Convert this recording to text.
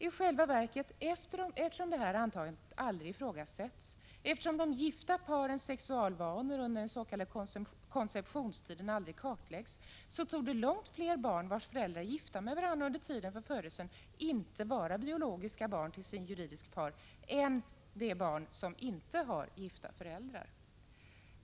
I själva verket, eftersom detta antagande aldrig ifrågasätts, eftersom de gifta parens sexualvanor under den s.k. konceptionstiden aldrig kartläggs, torde långt fler barn vars föräldrar var gifta med varandra under tiden för födelsen, inte vara biologiska barn till sin juridiske far än de barn som inte har gifta föräldrar.